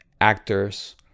actors